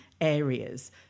areas